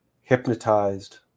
hypnotized